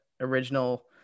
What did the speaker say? original